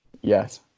yes